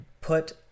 put